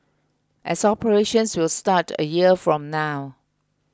as operations will start a year from now